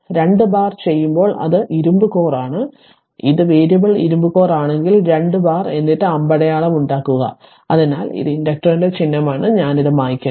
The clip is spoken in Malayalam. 2 ബാർ ചെയ്യുമ്പോൾ അത് ഇരുമ്പ് കോർ ആണ് അത് വേരിയബിൾ ഇരുമ്പ് കോർ ആണെങ്കിൽ 2 ബാർ എന്നിട്ട് അമ്പടയാളം ഉണ്ടാക്കുക അതിനാൽ ഇത് ഇൻഡക്ടറിന്റെ ചിഹ്നമാണ് അതിനാൽ ഞാൻ അത് മായ്ക്കട്ടെ